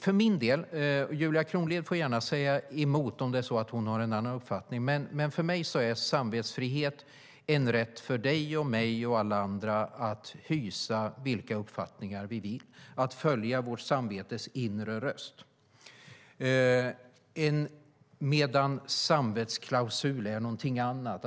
För min det - Julia Kronlid får gärna säga emot om hon har en annan uppfattning - är samvetsfrihet en rätt för dig, mig och alla andra att hysa vilka uppfattningar vi vill och att följa vårt samvetes inre röst. En samvetsklausul är däremot något annat.